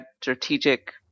strategic